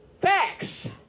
Facts